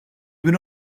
bin